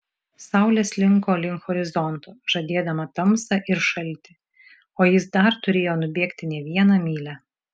saulė slinko link horizonto žadėdama tamsą ir šaltį o jis dar turėjo nubėgti ne vieną mylią